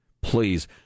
please